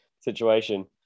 situation